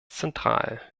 zentral